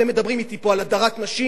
אתם מדברים אתי פה על הדרת נשים,